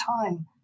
time